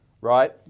right